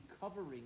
covering